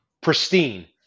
pristine